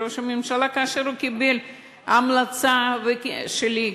ראש הממשלה הוא קיבל את ההמלצה שלי,